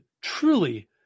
truly